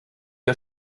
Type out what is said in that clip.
wir